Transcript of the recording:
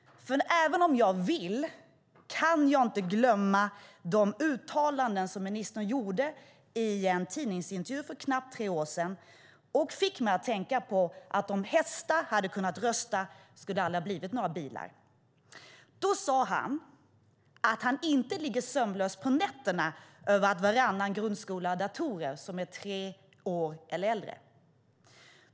Även om jag vill kan jag inte glömma de uttalanden som ministern gjorde i en tidningsintervju för knappt tre år sedan. Det fick mig att tänka på att om hästar hade kunnat rösta skulle det aldrig ha blivit några bilar. Då sade han att han inte ligger sömnlös på nätterna över att varannan grundskola har datorer som är tre år gamla eller äldre.